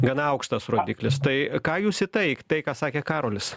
gana aukštas rodiklis tai ką jūs į tai tai ką sakė karolis